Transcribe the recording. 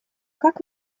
как